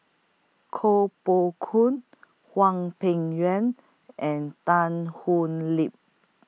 Koh Poh Koon Hwang Peng Yuan and Tan Thoon Lip